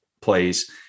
plays